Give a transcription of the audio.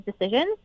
decisions